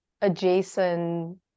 adjacent